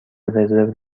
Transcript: رزرو